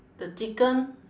the chicken